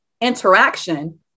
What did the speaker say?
interaction